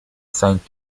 saint